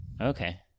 Okay